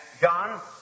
John